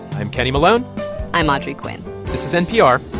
i'm kenny malone i'm audrey quinn this is npr.